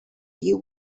you